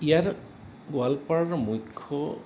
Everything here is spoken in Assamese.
ইয়াৰ গোৱালপাৰাৰ মুখ্য